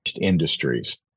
industries